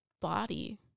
body